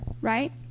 right